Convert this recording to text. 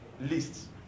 lists